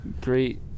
Great